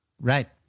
Right